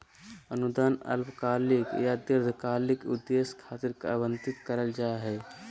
अनुदान अल्पकालिक या दीर्घकालिक उद्देश्य खातिर आवंतित करल जा हय